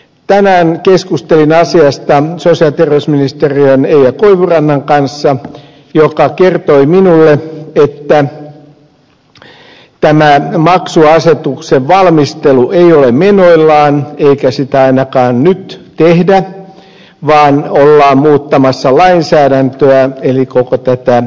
tänään keskustelin asiasta sosiaali ja terveysministeriön eija koivurannan kanssa joka kertoi minulle että tämä maksuasetuksen valmistelu ei ole meneillään eikä sitä ainakaan nyt tehdä vaan ollaan muuttamassa lainsäädäntöä eli koko tätä maksuasetuslakia